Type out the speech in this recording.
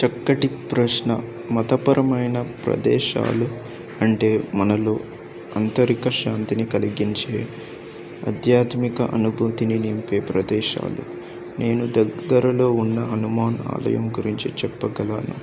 చక్కటి ప్రశ్న మతపరమైన ప్రదేశాలు అంటే మనలో అంతరిక శాంతిని కలిగించే అధ్యాత్మిక అనుభూతిని నింపే ప్రదేశాలు నేను దగ్గరలో ఉన్న హనుమాన్ ఆలయం గురించి చెప్పగలను